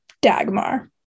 Dagmar